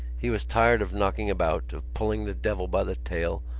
he was tired of knocking about, of pulling the devil by the tail,